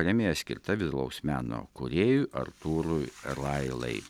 premija skirta vizualaus meno kūrėjui artūrui railai